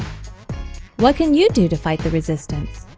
what can you do to fight the resistance?